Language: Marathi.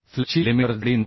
फ्लेंजची मिलिमीटर जाडी 9